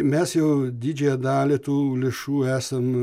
mes jau didžiąją dalį tų lėšų esam